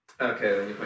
Okay